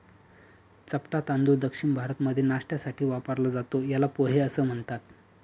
चपटा तांदूळ दक्षिण भारतामध्ये नाष्ट्यासाठी वापरला जातो, याला पोहे असं म्हणतात